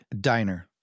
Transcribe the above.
diner